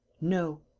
no.